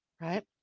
right